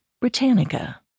Britannica